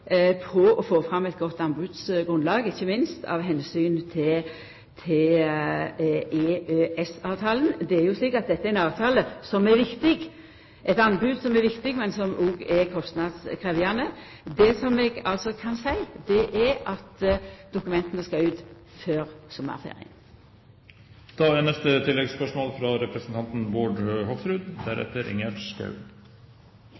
på å få fram eit godt anbodsgrunnlag, ikkje minst av omsyn til EØS-avtalen. Dette er ein avtale som er viktig, eit anbod som er viktig, men som òg er kostnadskrevjande. Det som eg altså kan seia, er at dokumenta skal ut før sommarferien. Bård Hoksrud – til oppfølgingsspørsmål. Det er